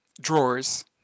drawers